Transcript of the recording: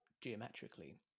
geometrically